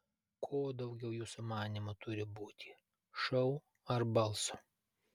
ko daugiau jūsų manymu turi būti šou ar balso